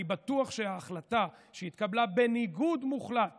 אני בטוח שההחלטה, שהתקבלה בניגוד מוחלט